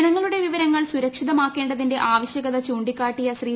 ജനങ്ങളുടെ വിവരങ്ങൾ സുരക്ഷിതമാക്കേണ്ടതിന്റെ ആവശ്യകത ചൂണ്ടിക്കാട്ടിയ ശ്രീ